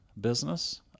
business